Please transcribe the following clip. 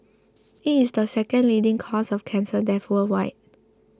it is the second leading cause of cancer death worldwide